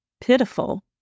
pitiful